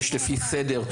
לפי הסדר.